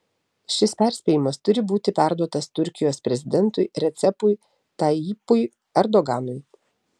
šis perspėjimas turi būti perduotas turkijos prezidentui recepui tayyipui erdoganui